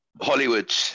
Hollywood